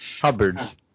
Hubbards